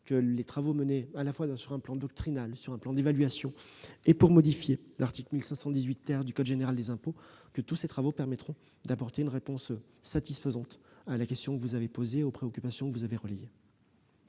que les travaux menés à la fois sur un plan doctrinal, sur un plan d'évaluation et pour modifier l'article 1518 du code général des impôts permettront d'apporter une réponse satisfaisante à la question que vous avez posée et aux préoccupations que vous avez relayées.